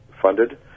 funded